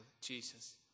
Jesus